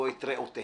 או את ריאותיהם,